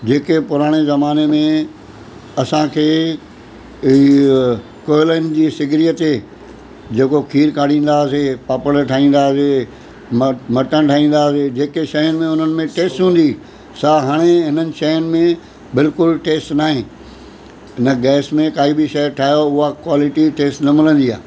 जेके पुराणे ज़माने में असांखे इहा कोइलनि जी सिगिड़ीअ ते जेको खीरु काड़हींदा हुआसीं पापड़ ठाहींदा हुआसीं म मटन ठाहींदा हुआसीं जेके शयुनि में हुननि में टेस्ट हूंदी सां हाणे हिननि शयुनि में बिल्कुल टेस्ट नाहे हिन गैस में काई बि शइ ठाहियो उहा क्वालिटी टेस्ट न मिलंदी आहे